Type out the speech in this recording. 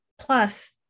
Plus